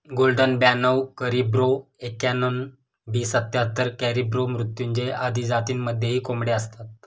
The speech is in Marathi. गोल्डन ब्याणव करिब्रो एक्याण्णण, बी सत्याहत्तर, कॅरिब्रो मृत्युंजय आदी जातींमध्येही कोंबड्या असतात